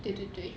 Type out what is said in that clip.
对对对